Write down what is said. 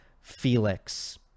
Felix